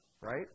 Right